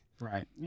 Right